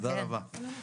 תודה רבה.